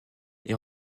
est